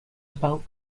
about